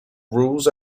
rules